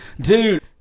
dude